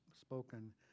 spoken